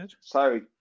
Sorry